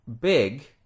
big